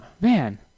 Man